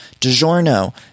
DiGiorno